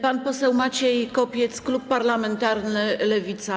Pan poseł Maciej Kopiec, klub parlamentarny Lewica.